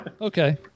Okay